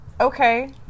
okay